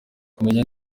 kumenya